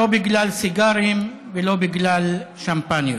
לא בגלל סיגרים ולא בגלל שמפניות.